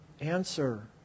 answer